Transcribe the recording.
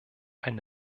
ein